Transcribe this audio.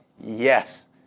yes